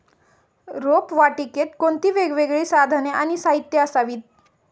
रोपवाटिकेत कोणती वेगवेगळी साधने आणि साहित्य असावीत?